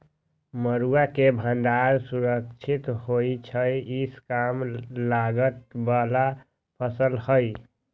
मरुआ के भण्डार सुरक्षित होइ छइ इ कम लागत बला फ़सल हइ